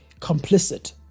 complicit